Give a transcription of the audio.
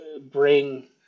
bring